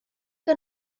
que